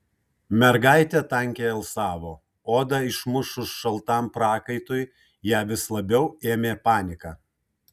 mergaitė tankiai alsavo odą išmušus šaltam prakaitui ją vis labiau ėmė panika